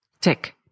Tick